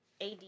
AD